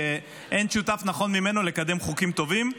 שאין שותף נכון ממנו לקדם חוקים טובים.